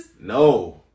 No